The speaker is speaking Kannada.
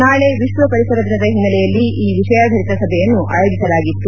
ನಾಳೆ ವಿಶ್ವ ಪರಿಸರ ದಿನದ ಹಿನ್ನೆಲೆಯಲ್ಲಿ ಈ ವಿಷಯಾಧಾರಿತ ಸಭೆಯನ್ನು ಆಯೋಜಿಸಲಾಗಿತ್ತು